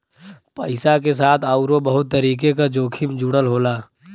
पइसा के साथ आउरो बहुत तरीके क जोखिम जुड़ल होला